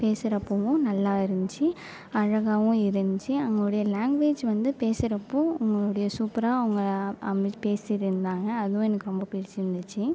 பேசுகிறப்பவும் நல்லா இருந்துச்சி அழகாவும் இருந்துச்சி அவங்களுடைய லாங்குவேஜ் வந்து பேசுகிறப்போ அவங்களுடைய சூப்பராக அவங்க பேசியிருந்தாங்க அதுவும் எனக்கு ரொம்ப பிடித்து இருந்துச்சி